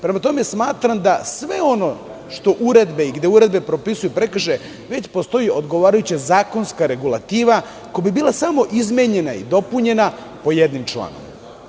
Prema tome, smatram da sve ono što uredbe i gde uredbe propisuju prekršaje, već postoji odgovarajuća zakonska regulativa, koja bi bila samo izmenjena i dopunjena po jednim članovima.